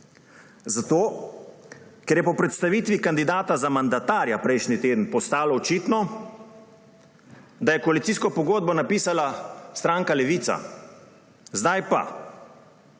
Zato ker je po predstavitvi kandidata za mandatarja prejšnji teden postalo očitno, da je koalicijsko pogodbo napisala stranka Levica. Zdaj pa: